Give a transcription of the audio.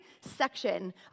section